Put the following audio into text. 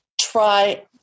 try